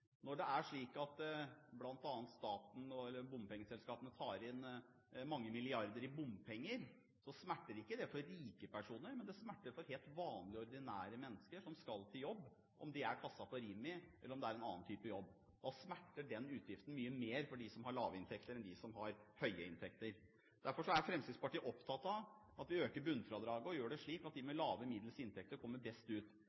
Når det er slik at bl.a. staten og bompengeselskapene tar inn mange milliarder i bompenger, smerter ikke det for rike personer, men det smerter for helt vanlige, ordinære mennesker som skal på jobb, om det er i kassa på Rimi eller om det er en annen type jobb. Da smerter den utgiften mye mer for dem som har lave inntekter enn for dem som har høye inntekter. Derfor er Fremskrittspartiet opptatt av at vi øker bunnfradraget og gjør det slik at de med lave og middels inntekter kommer best ut.